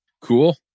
Cool